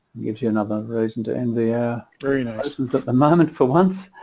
give you another reason to india three nurses at the moment for once